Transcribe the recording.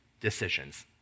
decisions